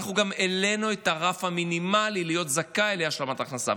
אנחנו גם העלינו את הרף המינימלי להיות זכאי להשלמת הכנסה.